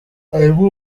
harimwo